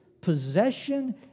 possession